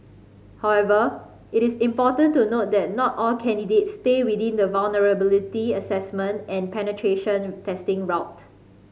however it is important to note that not all candidates stay within the vulnerability assessment and penetration testing route